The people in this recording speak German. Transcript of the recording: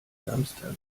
samstag